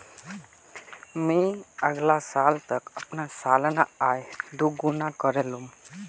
मी अगला साल तक अपना सालाना आय दो गुना करे लूम